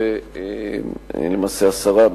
ולמעשה עשרה,